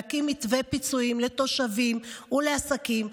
להקים מתווה פיצויים לתושבים ולעסקים,